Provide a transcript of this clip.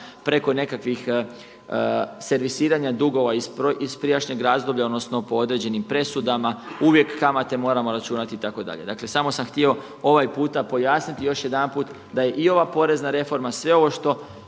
preko nekakvih servisiranja dugova iz prijašnjeg razdoblja odnosno po određenim presudama, uvijek kamate moramo računati itd. Dakle, samo sam htio ovaj puta pojasniti još jedanput da je i ova porezna reforma, sve ovo što